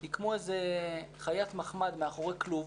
היא כמו איזה חיית מחמד מאחורי כלוב,